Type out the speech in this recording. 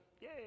yay